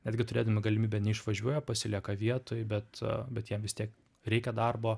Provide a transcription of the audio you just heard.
netgi turėdami galimybę neišvažiuoja pasilieka vietoj bet bet jiem vis tiek reikia darbo